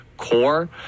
core